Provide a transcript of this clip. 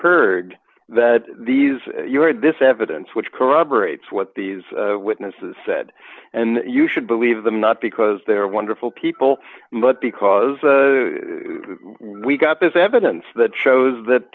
heard that these you're this evidence which corroborates what these witnesses said and you should believe them not because they're wonderful people but because we've got this evidence that shows that